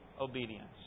obedience